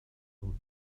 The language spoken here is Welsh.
nhw